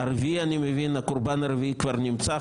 אני מבין שהקורבן הרביעי כבר נמצא.